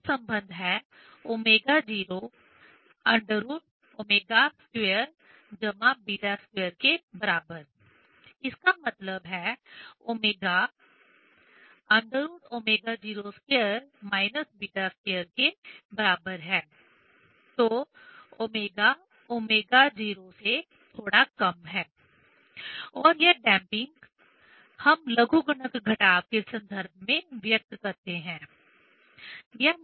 यह संबंध है ω0 √ω2 β2 इसका मतलब है ω √ω02 β2 तो ω ω0 से थोड़ा कम है और यह डैंपिंग हम लघुगणक घटाव के संदर्भ में व्यक्त करते हैं